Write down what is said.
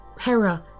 Hera